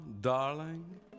darling